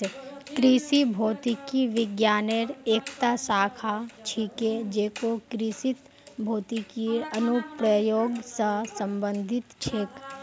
कृषि भौतिकी विज्ञानेर एकता शाखा छिके जेको कृषित भौतिकीर अनुप्रयोग स संबंधित छेक